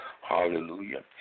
Hallelujah